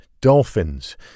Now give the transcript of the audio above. dolphins